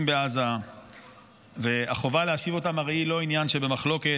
בעזה והחובה להשיב אותם הרי היא לא עניין שבמחלוקת.